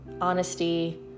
honesty